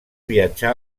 viatjà